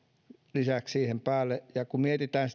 lisäksi siihen päälle ja kun mietitään